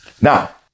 Now